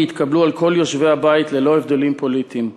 יתקבלו על כל יושבי הבית ללא הבדלים פוליטיים.